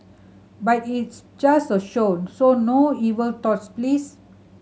but it's just a show so no evil thoughts please